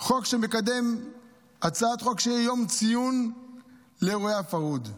הצעת חוק שיהיה יום ציון לאירועי הפרהוד.